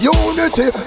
unity